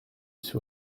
sur